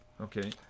Okay